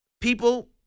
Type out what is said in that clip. people